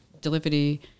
delivery